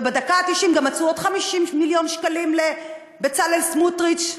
ובדקה התשעים גם מצאו עוד 50 מיליון שקלים לבצלאל סמוטריץ,